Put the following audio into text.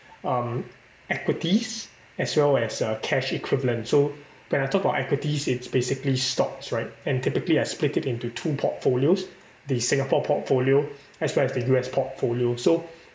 um equities as well as uh cash equivalent so when I talk about equities it's basically stocks right and typically I split it into two portfolios the Singapore portfolio as well as the U_S portfolio so